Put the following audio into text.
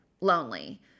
lonely